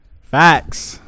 Facts